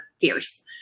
fierce